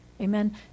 Amen